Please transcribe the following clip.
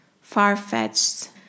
far-fetched